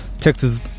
Texas